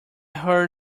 heard